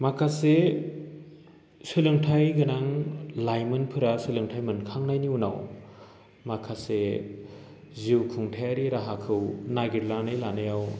माखासे सोलोंथाय गोनां लाइमोनफोरा सोलोंथाय मोनखांनायनि उनाव माखासे जिउ खुंथायारि राहाखौ नागिरनानै लानायाव